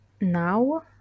now